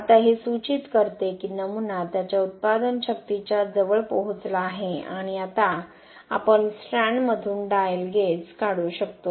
आता हे सूचित करते की नमुना त्याच्या उत्पादन शक्तीच्या जवळ पोहोचला आहे आणि आता आपण स्ट्रँडमधून डायल गेज काढू शकतो